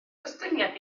gostyngiad